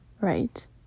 right